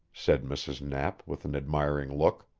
said mrs. knapp with an admiring look.